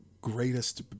greatest